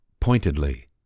Pointedly